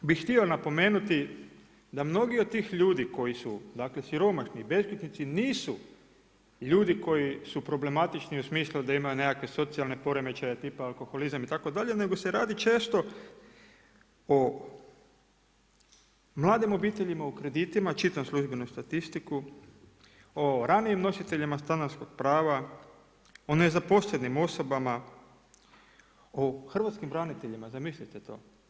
Također bih htio napomenuti da mnogi od tih ljudi koji su dakle siromašni i beskućnici, nisu ljudi koji su problematični u smislu da imaju nekakve socijalne poremećaje tipa alkoholizam itd., nego se radi često o mladim obiteljima u kreditima, čitam službenu statistiku, o ranijim nositeljima stanarskog prava, o nezaposlenim osobama, o hrvatskim braniteljima, zamislite to.